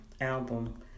album